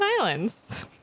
islands